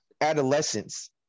adolescence